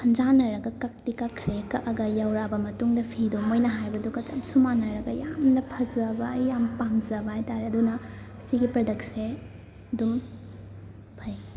ꯈꯟꯖꯥꯟꯅꯔꯒ ꯀꯛꯇꯤ ꯀꯛꯈ꯭ꯔꯦ ꯀꯛꯑꯒ ꯌꯧꯔꯛꯑꯕ ꯃꯇꯨꯡꯗ ꯐꯤꯗꯣ ꯃꯣꯏꯅ ꯍꯥꯏꯕꯗꯨꯒ ꯆꯞꯁꯨ ꯃꯥꯟꯅꯔꯒ ꯌꯥꯝꯅ ꯐꯖꯕ ꯌꯥꯝ ꯄꯥꯝꯖꯕ ꯍꯥꯏ ꯇꯥꯔꯦ ꯑꯗꯨꯅ ꯁꯤꯒꯤ ꯄ꯭ꯔꯗꯛꯁꯦ ꯑꯗꯨꯝ ꯐꯩ